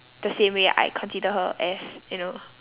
the same way I consider her as you know